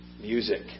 music